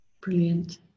brilliant